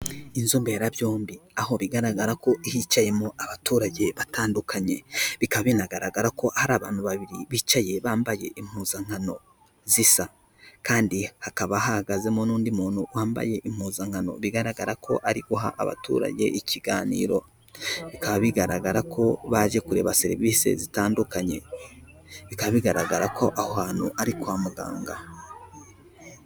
Inzu mberabyombi aho bigaragara ko hicayemo abaturage batandukanye, bikaba binagaragara ko hari abantu babiri bicaye, bambaye impuzankano zisa kandi hakaba hahagazemo n'undi muntu wambaye impuzankano, bigaragara ko ari guha abaturage ikiganiro, bikaba bigaragara ko baje kureba serivisi zitandukanye, bikaba bigaragara ko aho hantu ari kwa muganga.